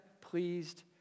pleased